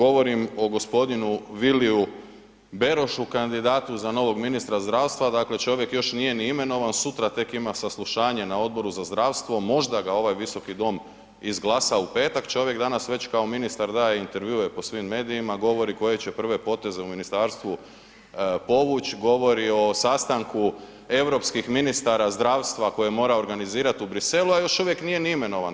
Govorim o gospodinu Viliju Berošu kandidatu za novog ministra zdravstva, dakle čovjek još nije ni imenovan, sutra tek ima saslušanje na Odboru za zdravstvu, možda ga ovaj visoki dom izglasa u petak, čovjek danas već kao ministar daje intervjue po svim medijima, govori koje će prve poteze u ministarstvu povući, govori o sastanku europskih ministara zdravstva koje mora organizirat u Bruxellesu, a još uvijek nije ni imenovan.